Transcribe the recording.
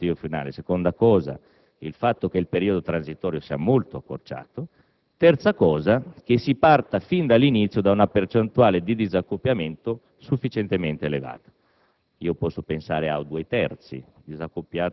quindi, la certezza del risultato dell'obiettivo finale; in secondo luogo, il fatto che il periodo transitorio sia molto accorciato; infine, che si parta fin dall'inizio da una percentuale di disaccoppiamento sufficientemente elevata.